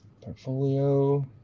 Portfolio